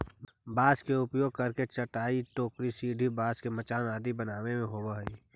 बाँस के उपयोग करके चटाई, टोकरी, सीढ़ी, बाँस के मचान आदि बनावे में होवऽ हइ